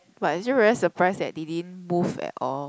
but I still very surprised that they didn't move at all